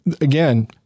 again